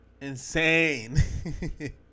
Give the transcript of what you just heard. Insane